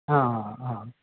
অঁ অঁ